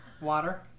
Water